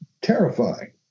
terrifying